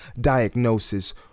diagnosis